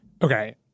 Okay